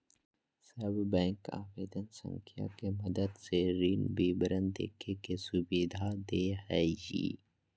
सब बैंक आवेदन संख्या के मदद से ऋण विवरण देखे के सुविधा दे हइ